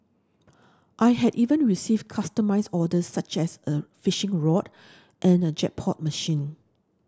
I have even received customised orders such as a fishing rod and a jackpot machine